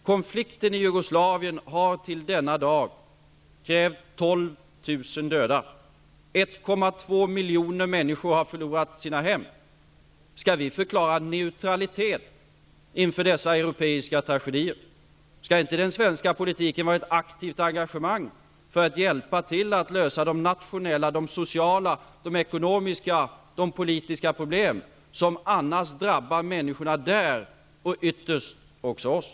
Konflikten i Jugoslavien har till denna dag krävt 12 000 döda, och 1,2 miljoner människor har förlorat sina hem. Skall vi förklara neutralitet inför dessa europeiska tragedier? Skall inte den svenska politiken vara ett aktivt engagemang som syftar till att hjälpa till att lösa de nationella, de sociala, de ekonomiska och de politiska problem som annars drabbar människorna där och ytterst också oss?